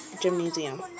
Gymnasium